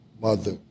mother